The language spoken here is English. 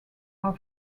are